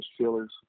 chillers